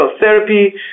therapy